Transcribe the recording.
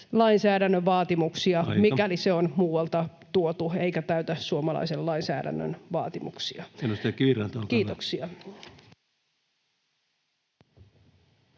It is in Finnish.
lainsäädännön vaatimuksia”, [Puhemies: Aika!] mikäli se on muualta tuotu eikä täytä suomalaisen lainsäädännön vaatimuksia. — Kiitoksia.